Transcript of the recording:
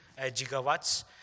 gigawatts